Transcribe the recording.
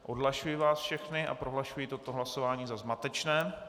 Odhlašuji vás všechny a prohlašuji toto hlasování za zmatečné.